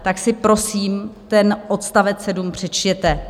Tak si, prosím, ten odst. 7 přečtěte.